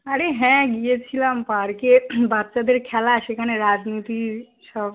আরে হ্যাঁ গিয়েছিলাম পার্কে বাচ্চাদের খেলা সেখানে রাজনীতি সব